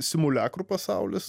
simuliakrų pasaulis